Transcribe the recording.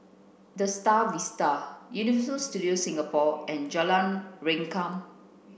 the Star Vista Universal Studios Singapore and Jalan Rengkam